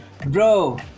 bro